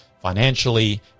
financially